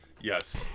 Yes